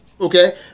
Okay